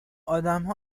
ادمها